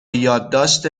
یادداشت